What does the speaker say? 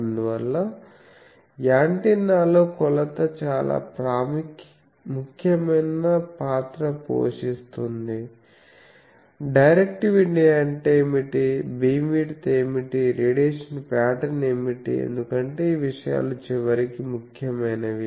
అందువల్ల యాంటెన్నాల్లో కొలత చాలా ముఖ్యమైన పాత్ర పోషిస్తుంది డైరెక్టివిటీ అంటే ఏమిటి బీమ్విడ్త్ ఏమిటి రేడియేషన్ ప్యాటర్న్ ఏమిటి ఎందుకంటే ఈ విషయాలు చివరికి ముఖ్యమైనవి